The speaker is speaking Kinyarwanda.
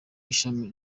ishami